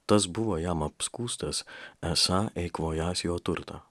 tas buvo jam apskųstas esą eikvojąs jo turtą